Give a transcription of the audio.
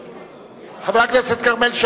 חבר הכנסת דב חנין,